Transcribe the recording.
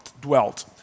dwelt